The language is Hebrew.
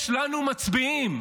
יש לנו מצביאים,